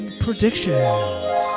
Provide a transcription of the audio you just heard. predictions